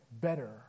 better